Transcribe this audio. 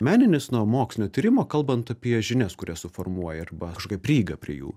meninis nuo mokslinio tyrimo kalbant apie žinias kurias suformuoja arba kažkokią prieigą prie jų